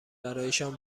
برایشان